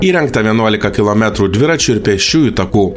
įrengta vienuolika kilometrų dviračių ir pėsčiųjų takų